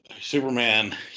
Superman